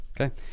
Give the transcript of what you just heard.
Okay